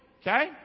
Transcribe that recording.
Okay